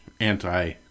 anti